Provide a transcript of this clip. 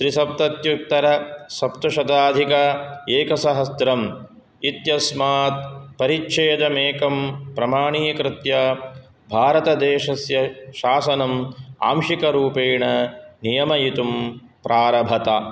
त्रिसप्तत्युतरसप्तशताधिक एक सहस्त्रम् इत्यस्मात् परिच्छेदमेकं प्रमाणीकृत्य भारतदेशस्य शासनं आंशिकरूपेण नियमयितुं प्रारभत